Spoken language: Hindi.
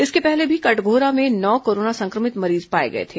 इसके पहले भी कटघोरा में नौ कोरोना संक्रमित मरीज पाए गए थे